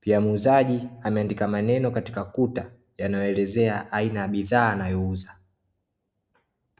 Pia muuzaji ameandika maneno katika kuta yanayoelezea aina ya bidha anayouza.